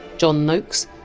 john nokes,